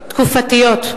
תקופתיות,